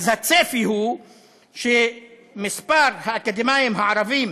הצפי הוא שמספר האקדמאים הערבים